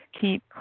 keep